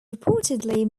reportedly